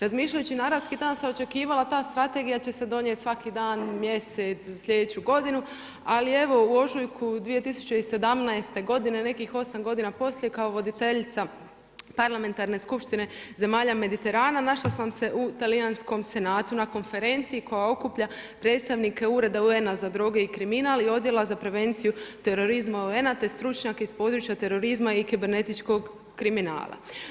Razmišljajući … sam očekivala ta strategija će se donijeti svaki dan, mjesec, za sljedeću godinu, ali evo u ožujsku 2017. godine, nekih 8 godina poslije kao voditeljica parlamentarne skupštine zemalja Mediterana, našla sam se u talijanskom senatu na konferenciji koja okuplja predstavnike ureda UN, za droge i kriminal i odjela za prevenciju terorizma UN-a, te stručnjake iz područja terorizma i kibernetičkog kriminala.